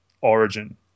origin